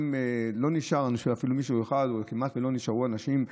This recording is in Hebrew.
לא נשאר אפילו מישהו אחד, או כמעט לא נשארו אנשים,